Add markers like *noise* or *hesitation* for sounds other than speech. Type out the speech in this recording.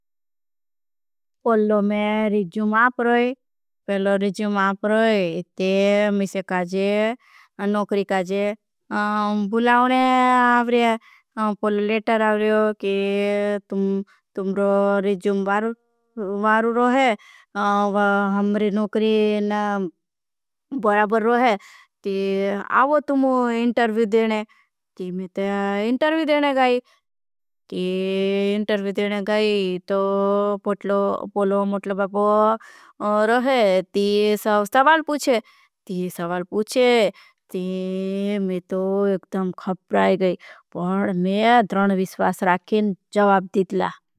पहलो मैं रिजुम आपरोई पहलो रिजुम आपरोई ते मिशे काजे नोकरी। काजे बुलाओने *hesitation* आवरे पहलो लेटर आवरे के। *hesitation* तुम्रो रिजुम वारू रोहे *hesitation* हमरी। नोकरी *hesitation* बराबर रोहे ती आवो तुम्मो इंटरवी देने। *hesitation* ती मैं ते इंटरवी देने गाई *hesitation* तो। पहलो मोटलबागो रोहे ती सवस्तवाल पूछे ती सवस्तवाल पूछे। ती मैं तो एकदम खप्राई गई पर मैं अध्रन विश्वास राखें जवाब दिदला।